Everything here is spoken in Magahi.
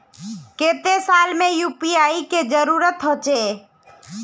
केते साल में यु.पी.आई के जरुरत होचे?